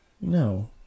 No